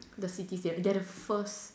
the city they they are the first